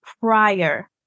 prior